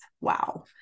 Wow